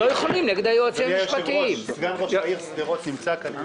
אם רוצים אז שהממשלה תהיה נגד.